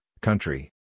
country